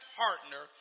partner